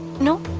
no.